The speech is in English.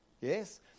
Yes